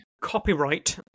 copyright